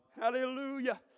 Hallelujah